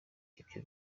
ibyo